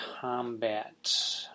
combat